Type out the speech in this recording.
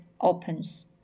opens